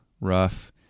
Rough